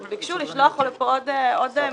הם ביקשו לשלוח לפה עוד מאבטחים.